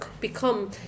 become